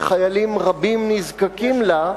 שחיילים רבים נזקקים לה,